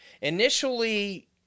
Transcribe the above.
initially